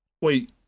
Wait